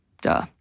duh